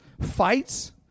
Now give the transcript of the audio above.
fights